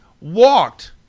walked